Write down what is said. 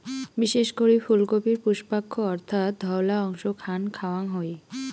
বিশেষ করি ফুলকপির পুষ্পাক্ষ অর্থাৎ ধওলা অংশ খান খাওয়াং হই